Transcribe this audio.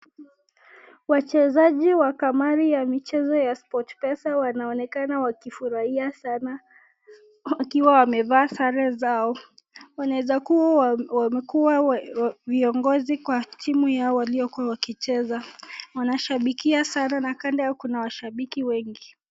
Wachezaji wa kamari ya michezo ya Sportpesa wanaonekana wakifurahia sana wakiwa wamevaa sare zao. Wanaeza kuwa wamekuwa viongozi kwa timu yao waliokuwa wakicheza. Wanashabikia sana na kando yao kuna washabiki wengi.